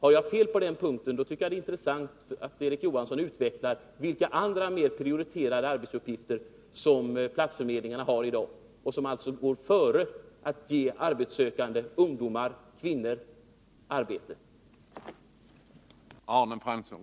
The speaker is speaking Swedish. Har jag fel på den punkten, tycker jag att det vore intressant om Erik Johansson kunde utveckla frågan och tala om vilka andra, mer prioriterade arbetsuppgifter som platsförmedlingarna har i dag och som alltså går före uppgiften att ge arbetssökande ungdomar, kvinnor m.fl. arbete.